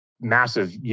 massive